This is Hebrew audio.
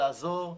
לעזור.